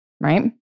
right